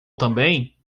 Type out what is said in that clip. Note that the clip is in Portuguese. também